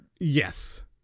Yes